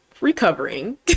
recovering